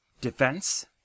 defense